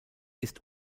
ist